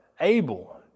Abel